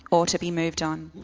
or to be moved on.